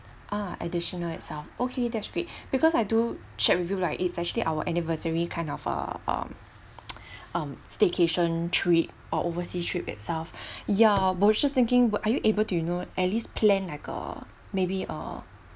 ah additional itself okay that's great because I do check with you like it's actually our anniversary kind of uh um um staycation treat or overseas trip itself ya but I was just thinking what are you able to you know at least plan like a maybe err